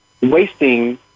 wasting